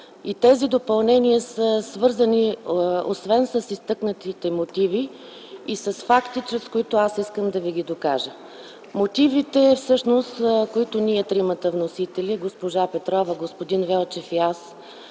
Тези допълнения са свързани, освен с изтъкнатите мотиви, и с факти, чрез които аз искам да ви ги докажа. Мотивите, които тримата вносители – госпожа Петрова, господин Велчев и аз